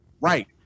right